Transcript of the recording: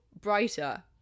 brighter